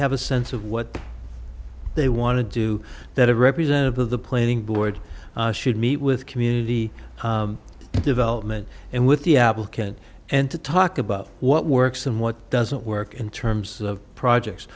have a sense of what they want to do that a representative of the planning board should meet with community development and with the applicant and to talk about what works and what doesn't work in terms of projects